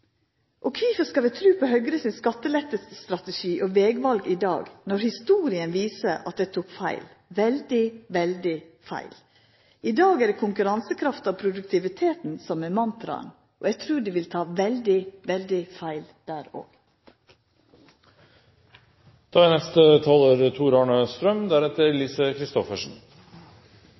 feil! Kvifor skal vi tru på Høgre sin skattelettestrategi og vegval i dag, når historia viser at dei tok feil – veldig, veldig feil. I dag er det konkurransekraft og produktivitet som er mantraet, og eg trur dei vil ta veldig, veldig feil der òg. Norge må være annerledeslandet på mange områder. Krisen i Europa er